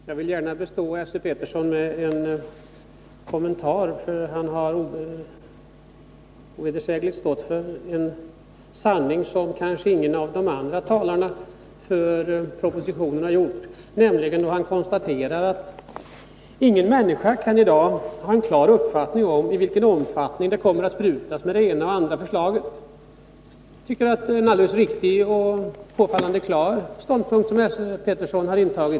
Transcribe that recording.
Herr talman! Jag vill gärna bestå Esse Petersson med en kommentar, därför att han ovedersägligen har stått för en sanning som kanske ingen av de andra talarna för propositionen har redovisat. Han konstaterar nämligen att ingen människa i dag kan ha en klar uppfattning om i vilken omfattning det kommer att sprutas enligt det ena eller det andra förslaget. Det är en helt 123 riktig och påfallande klar ståndpunkt som Esse Petersson har intagit.